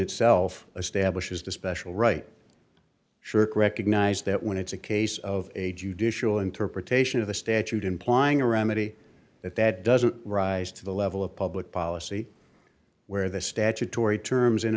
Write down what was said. itself establishes the special right sherk recognize that when it's a case of a judicial interpretation of a statute implying around maty that that doesn't rise to the level of public policy where the statutory terms in